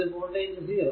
ഇത് വോൾടേജ് 0